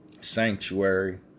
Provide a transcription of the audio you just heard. sanctuary